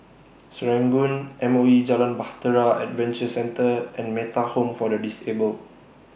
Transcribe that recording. Serangoon M O E Jalan Bahtera Adventure Centre and Metta Home For The Disabled